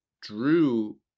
Drew